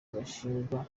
bashinjwa